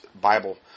Bible